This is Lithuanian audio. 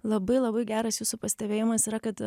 labai labai geras jūsų pastebėjimas yra kad